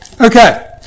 Okay